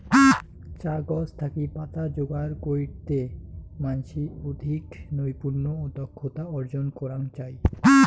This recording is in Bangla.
চা গছ থাকি পাতা যোগার কইরতে মানষি অধিক নৈপুণ্য ও দক্ষতা অর্জন করাং চাই